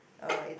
um it